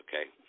Okay